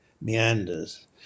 meanders